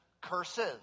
curses